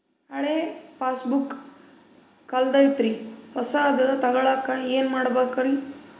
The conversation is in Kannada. ಹಳೆ ಪಾಸ್ಬುಕ್ ಕಲ್ದೈತ್ರಿ ಹೊಸದ ತಗೊಳಕ್ ಏನ್ ಮಾಡ್ಬೇಕರಿ?